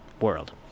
world